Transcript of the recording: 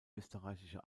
österreichische